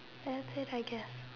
take tiger